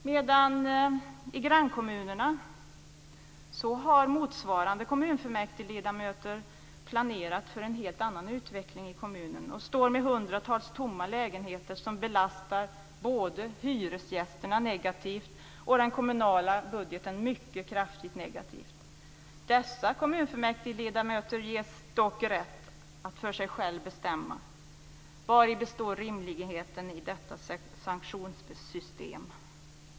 I grannkommunerna har motsvarande kommunfullmäktigeledamöter planerat för en helt annan utveckling i kommunen och står med hundratals tomma lägenheter som belastar både hyresgästerna negativt och den kommunala budgeten mycket kraftigt negativt. Dessa kommunfullmäktigeledamöter ges dock rätt att för sig själva bestämma. Vari består rimligheten i detta sanktionssystem?